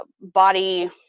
body